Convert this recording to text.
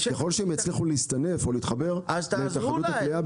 אז לשבת עם --- ככל שהם יצליחו להסתעף או להתחבר להתאחדות הקליעה,